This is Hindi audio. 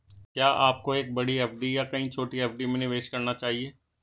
क्या आपको एक बड़ी एफ.डी या कई छोटी एफ.डी में निवेश करना चाहिए?